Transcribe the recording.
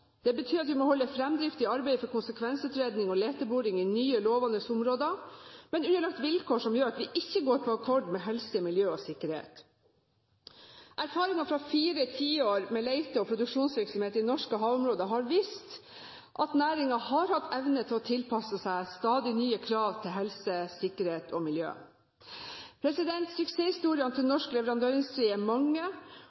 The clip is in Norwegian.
Det betyr at vi må holde fremdrift i arbeidet for konsekvensutredning og leteboring i nye, lovende områder, men den må være underlagt vilkår som gjør at vi ikke går på akkord med helse, miljø og sikkerhet. Erfaringene fra fire tiår med lete- og produksjonsvirksomhet i norske havområder har vist at næringen har hatt evne til å tilpasse seg stadig nye krav til helse, sikkerhet og miljø. Suksesshistoriene til